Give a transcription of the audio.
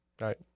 Right